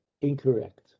incorrect